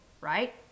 right